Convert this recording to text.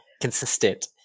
consistent